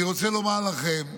אני רוצה לומר לכם,